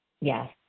Yes